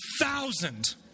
thousand